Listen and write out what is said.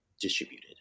distributed